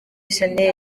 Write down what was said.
shanel